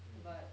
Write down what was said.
um